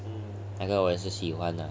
那个我也是喜欢 ha